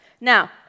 Now